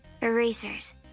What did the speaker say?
erasers